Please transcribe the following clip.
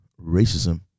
racism